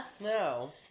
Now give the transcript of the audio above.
No